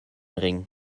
ring